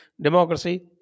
democracy